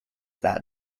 that